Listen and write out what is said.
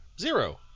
zero